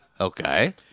Okay